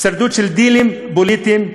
הישרדות של דילים פוליטיים.